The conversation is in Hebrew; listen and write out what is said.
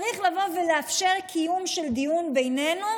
צריך לבוא ולאפשר קיום של דיון בינינו,